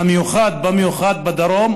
במיוחד במיוחד בדרום,